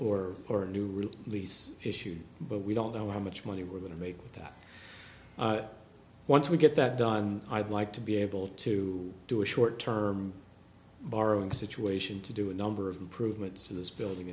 or for a new release issued but we don't know how much money we're going to make with that once we get that done i'd like to be able to do a short term borrowing situation to do a number of improvements to this building